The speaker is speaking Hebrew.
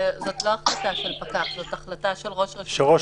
זו לא החלטה של פקח זו החלטה של ראש רשות.